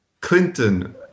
Clinton